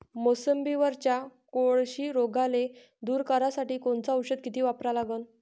मोसंबीवरच्या कोळशी रोगाले दूर करासाठी कोनचं औषध किती वापरा लागन?